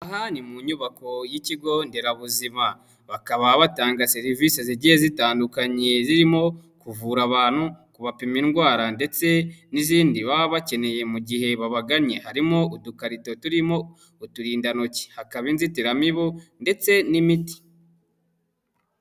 Aha ni mu nyubako y'ikigonderabuzima. Bakaba batanga serivisi zigiye zitandukanye zirimo kuvura abantu, kubapima indwara ndetse n'izindi baba bakeneye mu gihe babaganye. Harimo udukarito turimo uturindantoki, hakaba inzitiramibu ndetse n'imiti.